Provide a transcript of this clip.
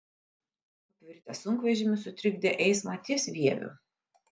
apvirtęs sunkvežimis sutrikdė eismą ties vieviu